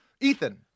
Ethan